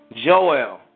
Joel